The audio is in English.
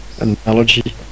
analogy